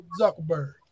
zuckerberg